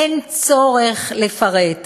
אין צורך לפרט,